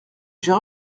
j’ai